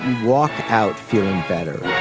walk out feeling better